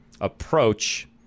approach